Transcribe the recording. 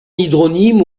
hydronyme